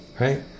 Right